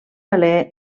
valer